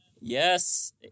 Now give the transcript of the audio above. Yes